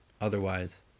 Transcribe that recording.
Otherwise